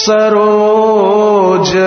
Saroj